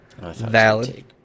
valid